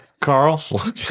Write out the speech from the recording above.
Carl